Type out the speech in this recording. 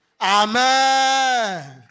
Amen